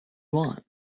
want